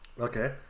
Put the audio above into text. Okay